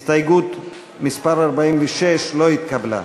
הסתייגות מס' 46 לא נתקבלה.